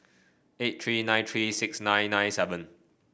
eight three nine three six nine nine seven